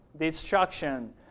Destruction